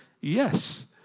yes